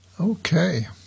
Okay